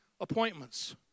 appointments